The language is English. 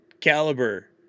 caliber